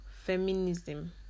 feminism